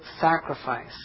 sacrifice